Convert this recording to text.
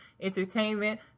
entertainment